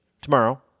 tomorrow